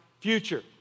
future